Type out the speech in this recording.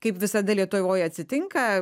kaip visada lietuvoj atsitinka